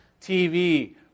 TV